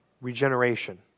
regeneration